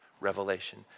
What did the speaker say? Revelation